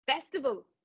Festival